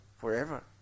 forever